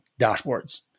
dashboards